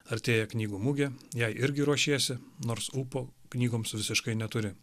artėja knygų mugė jai irgi ruošiesi nors ūpo knygoms visiškai neturi